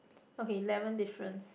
okay eleven difference